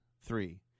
three